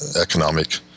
economic